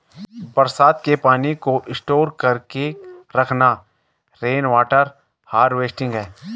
बरसात के पानी को स्टोर करके रखना रेनवॉटर हारवेस्टिंग है